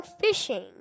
fishing